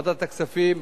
בוועדת הכספים,